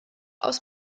aus